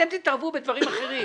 אתם תתערבו בדברים אחרים.